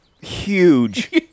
huge